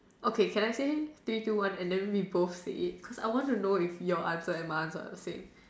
okay can I say three two one and then we both say it cause I want to know if your answer and my answer are both the same